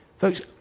Folks